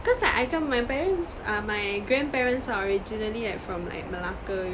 cause like I come my parents uh my grandparents are originally like from like malacca